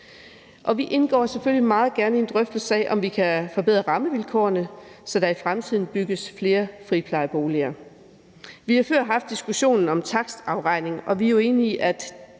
vi indgår selvfølgelig meget gerne i en drøftelse af, om vi kan forbedre rammevilkårene, så der i fremtiden bygges flere friplejeboliger. Vi har før haft diskussionen om takstberegning, og vi er jo enige i,